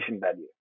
value